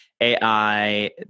AI